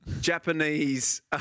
Japanese